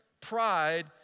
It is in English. Pride